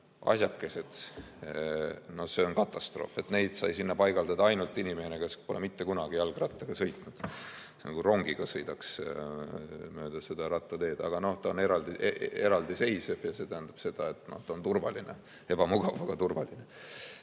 asjakesed on katastroof. Neid sai sinna paigaldada ainult selline inimene, kes pole mitte kunagi jalgrattaga sõitnud. Nagu rongiga sõidaks mööda seda rattateed, aga noh, ta on eraldiseisev ja see tähendab seda, et ta on turvaline. Ebamugav, aga turvaline. Aga